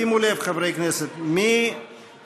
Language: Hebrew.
שימו לב, חברי הכנסת, מ-206